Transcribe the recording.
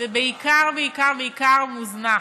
ובעיקר בעיקר בעיקר מוזנח.